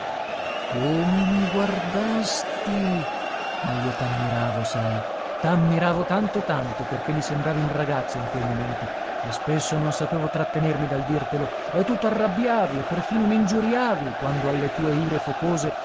come mi guardasti ma io t'ammiravo sai t'ammiravo tanto tanto perché mi sembravi un ragazzo in quei momenti e spesso non sapevo trattenermi dal dirtelo e tu t'arrabbiavi e perfino m'ingiuriavi quando alle tue ire focose